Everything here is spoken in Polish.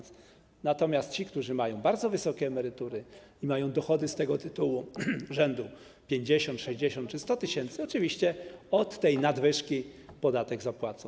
Ci, którzy mają bardzo wysokie emerytury i dochody z tego tytułu rzędu 50, 60 czy 100 tys. zł, oczywiście od tej nadwyżki podatek zapłacą.